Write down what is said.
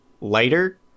lighter